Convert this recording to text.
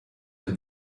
have